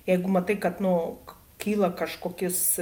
jeigu matai kad nu kyla kažkokis